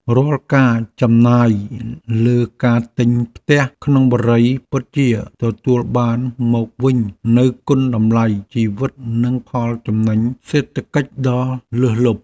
រាល់ការចំណាយលើការទិញផ្ទះក្នុងបុរីពិតជាទទួលបានមកវិញនូវគុណតម្លៃជីវិតនិងផលចំណេញសេដ្ឋកិច្ចដ៏លើសលប់។